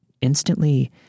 instantly